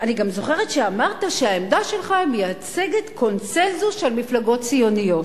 אני גם זוכרת שאמרת שהעמדה שלך מייצגת קונסנזוס של מפלגות ציוניות.